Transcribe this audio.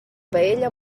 paella